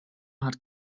hat